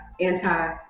anti